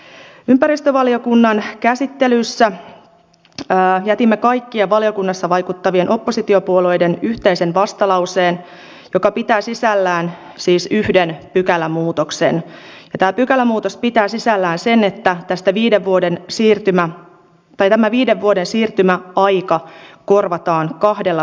ympäristövaliokunnan käsittelyssä jätimme kaikkien valiokunnassa vaikuttavien oppositiopuolueiden yhteisen vastalauseen joka pitää sisällään siis yhden pykälämuutoksen ja tämä pykälämuutos pitää sisällään sen että tästä viiden vuoden siirtymään tai tämä viiden vuoden siirtymäaika korvataan kahdella vuodella